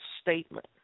statement